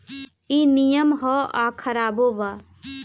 ई निमन ह आ खराबो बा